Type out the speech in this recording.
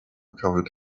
covered